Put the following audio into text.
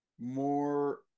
more